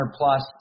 plus